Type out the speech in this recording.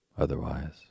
Otherwise